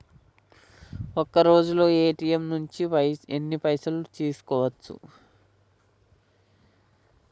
ఒక్కరోజులో ఏ.టి.ఎమ్ నుంచి ఎన్ని పైసలు తీసుకోవచ్చు?